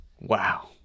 Wow